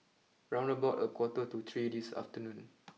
round about a quarter to three this afternoon